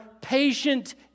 patient